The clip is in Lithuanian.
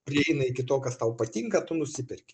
prieina iki to kas tau patinka tu nusiperki